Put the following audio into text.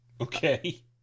Okay